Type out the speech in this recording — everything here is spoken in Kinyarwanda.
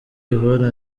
yvonne